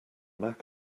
mac